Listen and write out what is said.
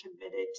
committed